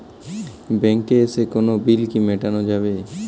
ব্যাংকে এসে কোনো বিল কি মেটানো যাবে?